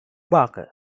barker